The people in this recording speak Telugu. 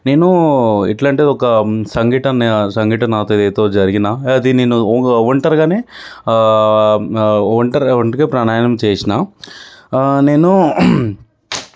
నేను ఎట్లంటే ఒక సంఘటన సంఘటన నాతో ఏతో జరిగినా అది నేను ఒ ఒంటరిగానే ఒంటరిగా ఒంటికే ప్రయాణం చేసినా నేను